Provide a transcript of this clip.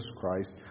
Christ